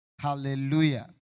hallelujah